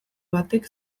batek